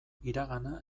iragana